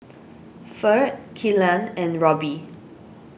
Ferd Killian and Roby